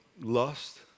lust